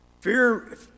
fear